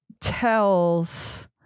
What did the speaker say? tells